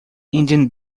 indian